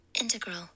Integral